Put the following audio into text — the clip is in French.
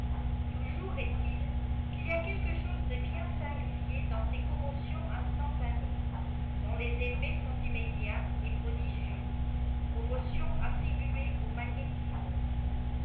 toujours et il qu'il y a quelque chose de bien singulier dans ces commotions instantanées dont les erfels sont immédiats et prodigieux commotions attribuées au magnétisme